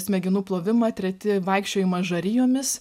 smegenų plovimą treti vaikščiojimą žarijomis